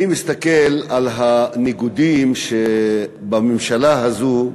אני מסתכל על הניגודים בממשלה הזו,